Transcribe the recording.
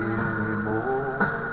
anymore